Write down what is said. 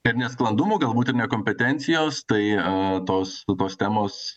ir nesklandumų galbūt ir nekompetencijos tai a tos tos temos